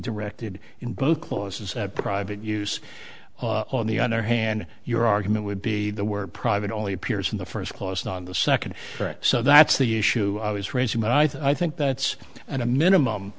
directed in both clauses private use on the other hand your argument would be the word private only appears in the first close on the second so that's the issue i was raising but i think that's an a minimum